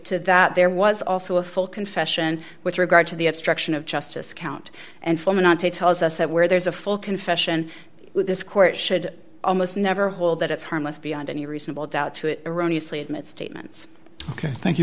to that there was also a full confession with regard to the obstruction of justice count and foreman on tape tells us that where there's a full confession this court should almost never hold that it's harmless beyond any reasonable doubt to iranian flea admits statements ok thank you